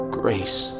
grace